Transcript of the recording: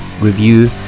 review